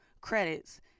credits